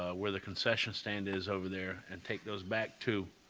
ah where the concession stand is over there and take those back two,